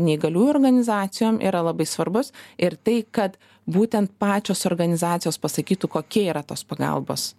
neįgaliųjų organizacijom yra labai svarbus ir tai kad būtent pačios organizacijos pasakytų kokia yra tos pagalbos